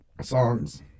songs